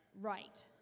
Right